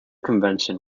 convention